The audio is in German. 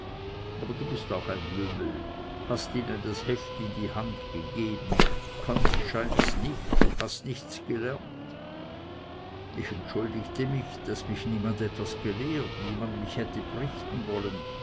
aber du bist auch ein lümmel hast ihnen das heft in die hand gegeben kannst scheints nichts hast nichts gelernt ich entschuldigte mich daß mich niemand etwas gelehrt niemand mich hätte brichten wollen